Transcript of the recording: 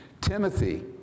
Timothy